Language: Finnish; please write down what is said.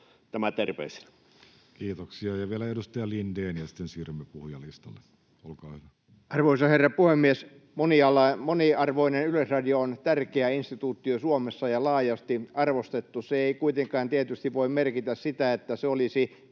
tämä terveisinä. Kiitoksia. — Ja vielä edustaja Lindén, ja sitten siirrymme puhujalistalle. — Olkaa hyvä. Arvoisa herra puhemies! Moniarvoinen Yleisradio on tärkeä instituutio Suomessa ja laajasti arvostettu. Se ei kuitenkaan tietysti voi merkitä sitä, että se olisi